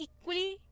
equally